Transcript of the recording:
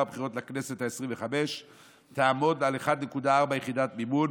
הבחירות לכנסת העשרים-וחמש תעמוד על 1.4 יחידת מימון,